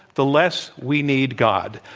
the less we need god.